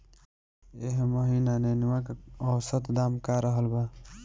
एह महीना नेनुआ के औसत दाम का रहल बा?